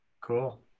Cool